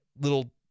little